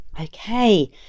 Okay